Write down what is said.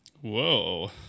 Whoa